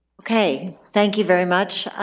okay. thank you very much.